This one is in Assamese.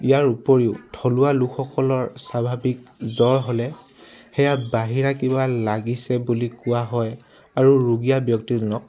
ইয়াৰ উপৰিও থলুৱা লোকসকলৰ স্বাভাৱিক জ্বৰ হ'লে সেয়া বাহিৰা কিবা লাগিছে বুলি কোৱা হয় আৰু ৰুগীয়া ব্যক্তিজনক